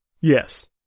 Yes